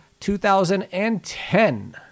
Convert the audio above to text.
2010